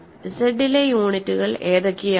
Z ലെ യൂണിറ്റുകൾ എന്തൊക്കെയാണ്